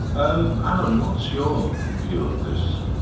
um allan, what's your view of this?